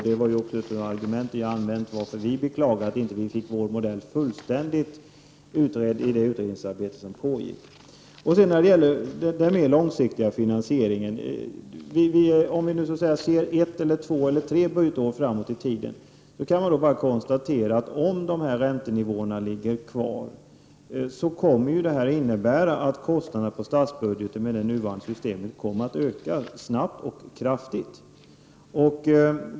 Det var ju också ett bra argument som ni har använt er av, varför vi beklagar att vi inte fick vår modell fullständigt utredd i det utredningsarbete som pågick. Sedan går jag över till den mer långsiktiga finansieringen. Om man ser några budgetår framåt i tiden, kan man bara konstatera att om räntenivåerna ligger kvar innebär det att kostnaderna för staten med det nuvarande systemet kommer att öka snabbt och kraftigt.